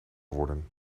worden